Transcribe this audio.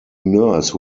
nurse